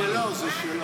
שלו, זה שלו.